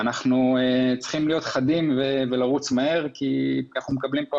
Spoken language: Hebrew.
אנחנו צריכים להיות חדים ולרוץ מהר כי אנחנו מקבלים כאן